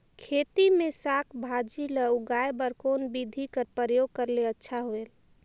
खेती मे साक भाजी ल उगाय बर कोन बिधी कर प्रयोग करले अच्छा होयल?